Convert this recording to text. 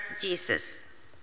Jesus